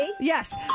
Yes